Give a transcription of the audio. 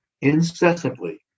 incessantly